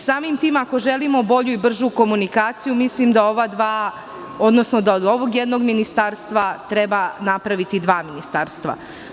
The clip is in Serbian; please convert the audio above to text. Samim tim, ako želimo bolju i bržu komunikaciju, mislim da od ovog jednog ministarstva treba napraviti dva ministarstva.